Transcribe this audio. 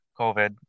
COVID